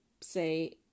say